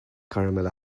caramel